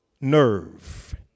nerve